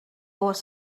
was